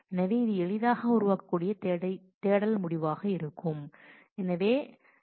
எனவே அது எளிதாக உருவாக்கக்கூடிய தேடல் முடிவாக இருக்கும்